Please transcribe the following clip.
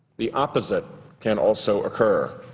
the opposite can also occur.